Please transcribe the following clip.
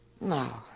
No